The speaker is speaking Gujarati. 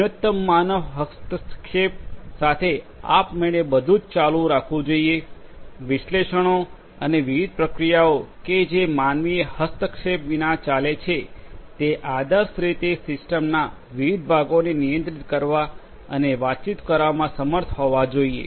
ન્યૂનતમ માનવ હસ્તક્ષેપ સાથે આપમેળે બધું જ ચાલુ રાખવું જોઈએ વિશ્લેષણો અને વિવિધ પ્રક્રિયાઓ કે જે માનવીય હસ્તક્ષેપ વિના ચાલે છે તે આદર્શરીતે સિસ્ટમના વિવિધ ભાગોને નિયંત્રિત કરવા અને વાતચીત કરવામાં સમર્થ હોવા જોઈએ